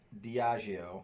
Diageo